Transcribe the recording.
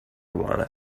want